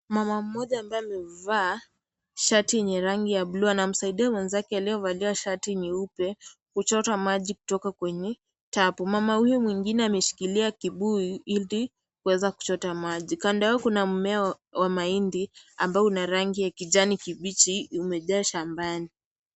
Mama mmoja ambaye amevaa shati yenye rangi ya bulu anasaidia mwenzake aliyevalia shati nyeupe kuchota maji kutoka kwenye tapu, mama huyo mwingine ameshikilia kibuyu ili kuweza kuchota maji, kando yao kuna mmea wa mahindi ambao una rangi ya kijani kibichi umejaa shambani.